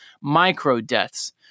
micro-deaths